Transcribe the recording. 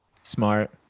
Smart